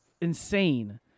insane